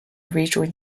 rejoin